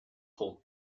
hold